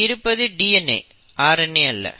இங்கு இருப்பது DNA RNA அல்ல